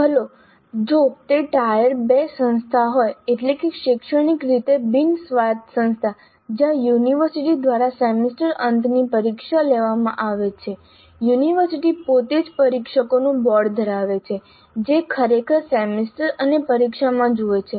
ભલે જો તે ટાયર 2 સંસ્થા હોય એટલે કે શૈક્ષણિક રીતે બિન સ્વાયત્ત સંસ્થા જ્યાં યુનિવર્સિટી દ્વારા સેમેસ્ટર અંતની પરીક્ષા લેવામાં આવે છે યુનિવર્સિટી પોતે જ પરીક્ષકોનું બોર્ડ ધરાવે છે જે ખરેખર સેમેસ્ટર અને પરીક્ષામાં જુએ છે